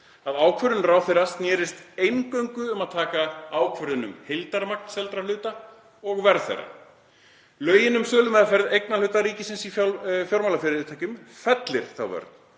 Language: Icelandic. að ákvörðun ráðherra hafi eingöngu snúist um að taka ákvörðun um heildarmagn seldra hluta og verð þeirra. Lögin um sölumeðferð eignarhluta ríkisins í fjármálafyrirtækjum fellir þá vörn.